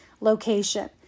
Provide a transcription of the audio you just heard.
location